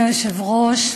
אדוני היושב-ראש,